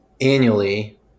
annually